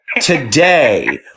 today